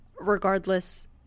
regardless